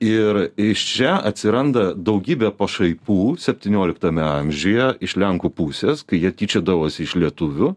ir iš čia atsiranda daugybė pašaipų septynioliktame amžiuje iš lenkų pusės kai jie tyčiodavosi iš lietuvių